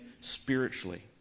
spiritually